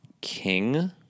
king